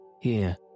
Here